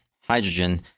hydrogen